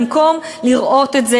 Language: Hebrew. במקום לראות את זה,